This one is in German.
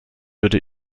würde